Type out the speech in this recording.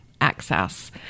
access